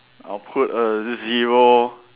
I'll put a zero